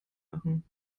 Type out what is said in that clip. machen